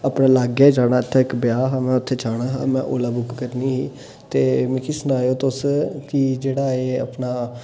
अपने इलाके जाना ते इक ब्याह् हा में उत्थै जाना हा ते में ओला बुक करनी ही ते मिगी सनाएयो तुस कि जेह्ड़ा एह् अपना